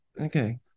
Okay